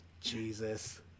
Jesus